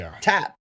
tap